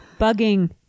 bugging